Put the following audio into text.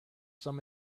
some